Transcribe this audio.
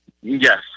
Yes